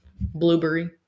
blueberry